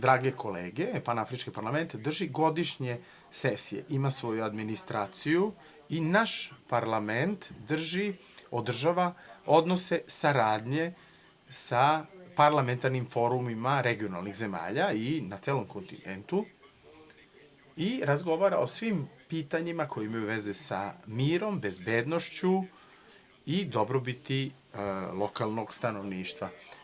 Drage kolege, Panafrički parlament drži godišnje sesije, ima svoju administraciju i naš parlament održava odnose saradnje sa parlamentarnim forumima regionalnih zemalja i na celom kontinentu i razgovara o svim pitanjima koja imaju veze sa mirom, bezbednošću i dobrobiti lokalnog stanovništva.